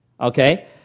Okay